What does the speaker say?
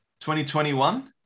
2021